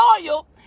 loyal